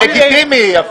זה לגיטימי.